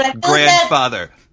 grandfather